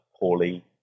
poorly